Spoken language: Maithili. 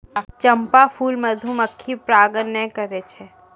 चंपा फूल मधुमक्खी परागण नै करै छै